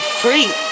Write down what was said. free